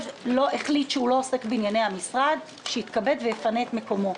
האוצר החליט שהוא לא עוסק בענייני המשרד שיתכבד ויפנה את מקומו.